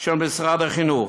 של משרד החינוך.